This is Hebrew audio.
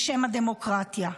בשם הדמוקרטיה.